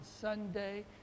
Sunday